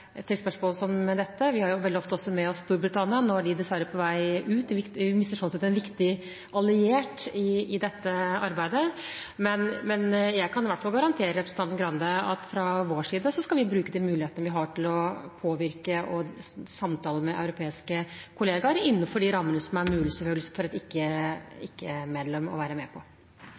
spørsmål som dette, og vi har veldig ofte også med oss Storbritannia. Nå er de dessverre på vei ut, og vi mister sånn sett en viktig alliert i dette arbeidet. Men jeg kan i hvert fall garantere representanten Grande om at fra vår side skal vi bruke de mulighetene vi har til å påvirke og samtale med europeiske kolleger – innenfor de rammene det er mulig, selvfølgelig, for et ikke-medlem å være med på.